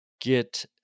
get